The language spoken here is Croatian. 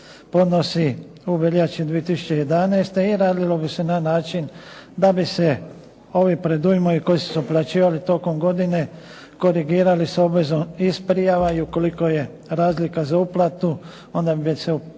podnosi u veljači 2011. i radilo bi se na način da bi ovi predujmovi koji su se uplaćivali tokom godine korigirali s obvezom iz prijava. I ukoliko je razlika za uplatu, onda bi se